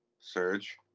surge